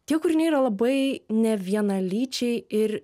tie kūriniai yra labai nevienalyčiai ir